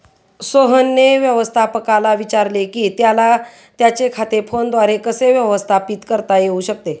सोहनने व्यवस्थापकाला विचारले की त्याला त्याचे खाते फोनद्वारे कसे व्यवस्थापित करता येऊ शकते